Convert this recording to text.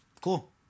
Cool